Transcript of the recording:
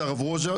זה הרב רוז'ה,